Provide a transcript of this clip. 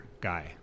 guy